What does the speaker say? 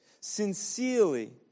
Sincerely